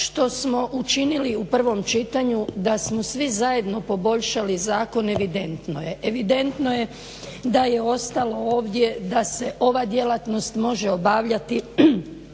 što smo učinili u prvom čitanju da smo svi zajedno poboljšali zakon evidentno je. Evidentno je da je ostalo ovdje da se ova djelatnost može obavljati,